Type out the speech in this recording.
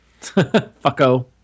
Fucko